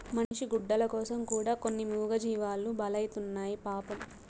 మనిషి గుడ్డల కోసం కూడా కొన్ని మూగజీవాలు బలైతున్నాయి పాపం